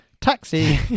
Taxi